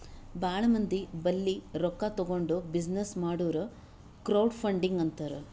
ಭಾಳ ಮಂದಿ ಬಲ್ಲಿ ರೊಕ್ಕಾ ತಗೊಂಡ್ ಬಿಸಿನ್ನೆಸ್ ಮಾಡುರ್ ಕ್ರೌಡ್ ಫಂಡಿಂಗ್ ಅಂತಾರ್